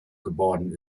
geworden